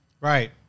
Right